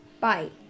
Bye